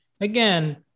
Again